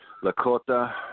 Lakota